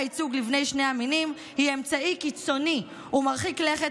ייצוג לבני שני המינים היא אמצעי קיצוני ומרחיק לכת,